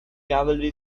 cavalry